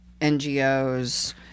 NGOs